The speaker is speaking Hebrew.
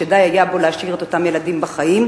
שדי היה בו להשאיר את אותם ילדים בחיים,